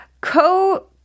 co